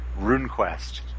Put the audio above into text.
RuneQuest